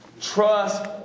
Trust